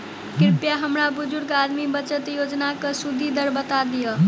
कृपया हमरा बुजुर्ग आदमी बचत योजनाक सुदि दर बता दियऽ